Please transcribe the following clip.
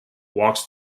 walks